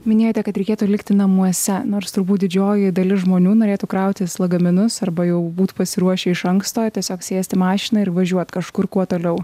minėjote kad reikėtų likti namuose nors turbūt didžioji dalis žmonių norėtų krautis lagaminus arba jau būt pasiruošę iš anksto tiesiog sėst į mašiną ir važiuoti kažkur kuo toliau